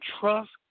trust